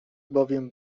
bowiem